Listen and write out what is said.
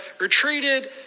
retreated